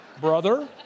Brother